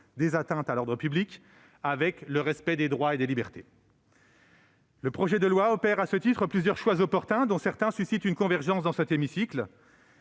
des atteintes à l'ordre public et respect des droits et des libertés. Le projet de loi opère à ce titre plusieurs choix opportuns, dont certains suscitent une convergence dans cet hémicycle.